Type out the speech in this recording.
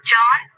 John